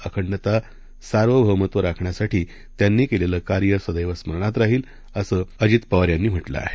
अखंडता सार्वभौमताराखण्यासाठीत्यांनीकेलेलंकार्यसदैवस्मरणातराहील असंअजित पवार यांनी म्हटलं आहे